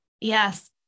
Yes